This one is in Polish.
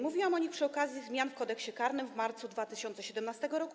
Mówiłam o nich przy okazji zmian w Kodeksie karnym w marcu 2017 r.